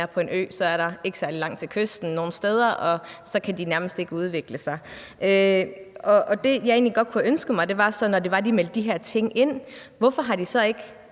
på en ø, er der ikke særlig langt til kysten nogen steder, og så kan de nærmest ikke udvikle sig. Det, jeg egentlig godt kunne ønske mig at høre, er: Hvorfor har de, når de har meldt de her ting ind, så ikke